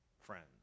friends